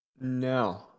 No